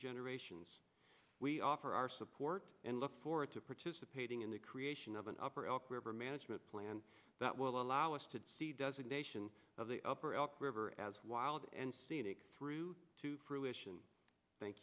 generations we offer our support and look forward to participating in the creation of an upper elk river management plan that will allow us to see does it nation of the upper elk river as wild and scenic through to fruition thank